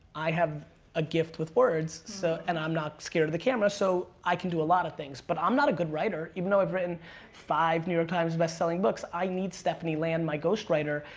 i have a gift with words, so, and i'm not scared of the camera, so i can do a lot of things. but i'm not a good writer, even though i've written five new york times bestselling books. i need stephanie lan, my ghost writer,